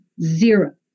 zero